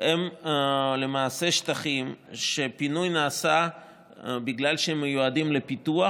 הם למעשה שטחים שהפינוי נעשה בגלל שהם מיועדים לפיתוח,